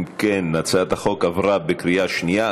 אם כן, הצעת החוק עברה בקריאה שנייה.